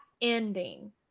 ending